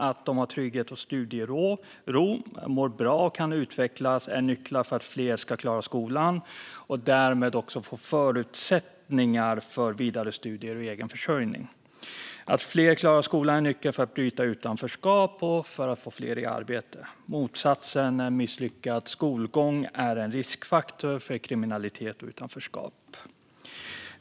Att de har trygghet och studiero, mår bra och kan utvecklas är nycklar för att fler ska klara skolan och därmed också få förutsättningar för vidare studier och egen försörjning. Att fler klarar skolan är en nyckel för att bryta utanförskap och få fler i arbete. Motsatsen, en misslyckad skolgång, är en riskfaktor för kriminalitet och utanförskap.